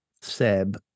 seb